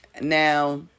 Now